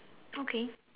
okay